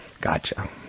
Gotcha